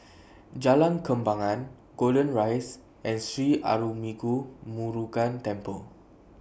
Jalan Kembangan Golden Rise and Sri Arulmigu Murugan Temple